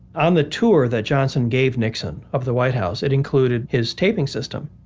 on the tour that johnson gave nixon of the white house, it included his taping system